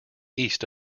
east